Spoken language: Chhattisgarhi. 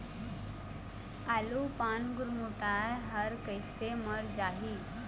आलू पान गुरमुटाए हर कइसे मर जाही?